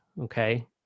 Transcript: okay